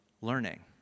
learning